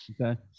Okay